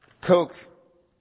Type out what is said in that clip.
Coke